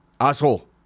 asshole